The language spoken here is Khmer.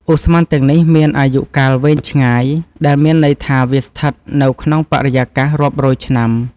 ឧស្ម័នទាំងនេះមានអាយុកាលវែងឆ្ងាយ ដែលមានន័យថាវាអាចស្ថិតនៅក្នុងបរិយាកាសរាប់រយឆ្នាំ។